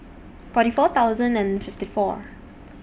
forty four thousand and fifty four